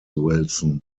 wilson